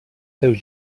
seus